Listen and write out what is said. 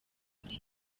muri